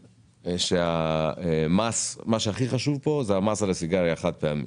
מה שהכי חשוב פה זה המס על הסיגריה החד פעמית.